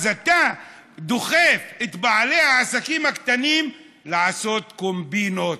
אז אתה דוחף את בעלי העסקים הקטנים לעשות קומבינות,